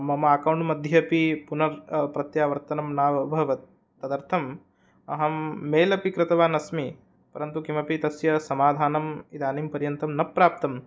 मम अकौण्ट् मध्ये अपि पुनः प्रत्यावर्तनं न अभवत् तदर्थम् अहं मेल् अपि कृतवान् अस्मि परन्तु किमपि तस्य समाधानम् इदानीं पर्यन्तं न प्राप्तम्